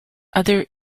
other